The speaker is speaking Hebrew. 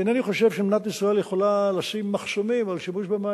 אני אינני חושב שמדינת ישראל יכולה לשים מחסומים על שימוש במים.